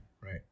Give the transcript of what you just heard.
right